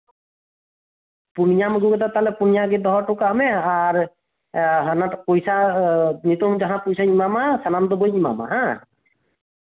ᱯᱩᱱᱭᱟᱢ ᱟᱜᱩᱣᱟᱠᱟᱫ ᱛᱟᱞᱦᱮ ᱯᱩᱱᱭᱟ ᱜᱮ ᱫᱚᱦᱚ ᱦᱚᱴᱚ ᱠᱟᱜ ᱢᱮ ᱟᱨ ᱟᱱᱟᱴ ᱯᱚᱭᱥᱟ ᱱᱤᱛᱳᱝ ᱡᱟᱦᱟᱸ ᱯᱚᱭᱥᱟᱧ ᱮᱢᱟᱢᱟ ᱥᱟᱱᱟᱢ ᱫᱚ ᱵᱟᱹᱧ ᱮᱢᱟᱢᱟ ᱦᱮᱸ